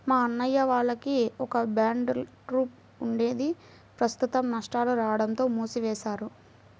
మా అన్నయ్య వాళ్లకి ఒక బ్యాండ్ ట్రూప్ ఉండేది ప్రస్తుతం నష్టాలు రాడంతో మూసివేశారు